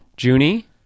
Junie